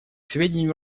сведению